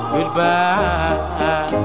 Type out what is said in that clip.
Goodbye